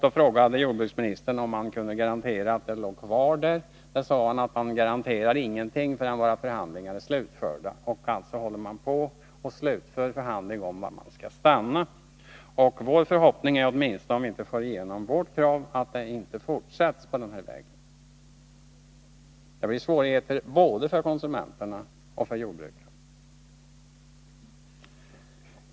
Då jordbruksministern tillfrågades om han kunde garantera att denna skulle ligga kvar svarade han: Vi garanterar ingenting förrän förhandlingarna är slutförda. Man håller alltså på att genomföra förhandlingar om var man skall stanna. Vår förhoppning, åtminstone om vi inte får igenom vårt eget krav, är att man inte fortsätter på den inslagna vägen. En sådan fortsättning skulle medföra svårigheter både för konsumenterna och för jordbrukarna.